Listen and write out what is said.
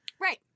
Right